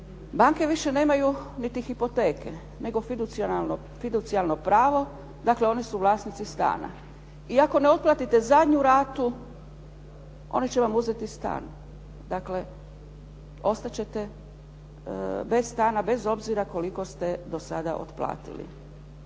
Banke više nemaju niti hipoteke, nego fiducijalno pravo. Dakle, oni su vlasnici stana. I ako ne otplatite zadnju ratu oni će vam uzeti stan. Dakle, ostat ćete bez stana bez obzira koliko ste do sada otplatili.